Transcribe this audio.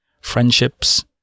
Friendships